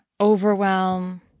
overwhelm